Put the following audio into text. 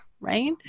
right